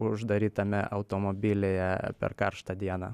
uždarytame automobilyje per karštą dieną